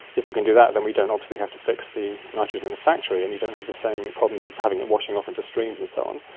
if we can do that then we don't obviously have to fix the nitrogen in the factory, and you don't have the same problems of having it washing off into streams and so on.